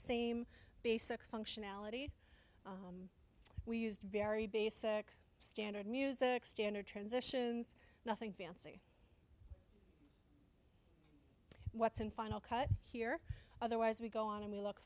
same basic functionality we used very basic standard music standard transitions nothing fancy what's in final cut here otherwise we go on and we look